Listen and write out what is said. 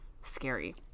scary